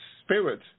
spirit